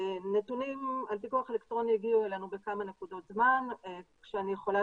נתונים על פיקוח אלקטרוני הגיעו אלינו בכמה נקודות זמן כשאני יכולה